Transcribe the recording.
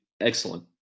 excellent